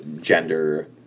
gender